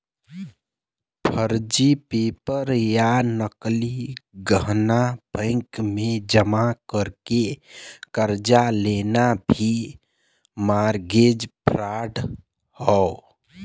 फर्जी पेपर या नकली गहना बैंक में जमा करके कर्जा लेना भी मारगेज फ्राड हौ